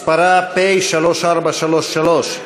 מספרה פ/3433,